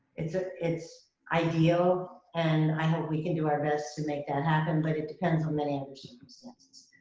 it's ah it's ideal, and i hope we can do our best to make that happen, but it depends on many other circumstances.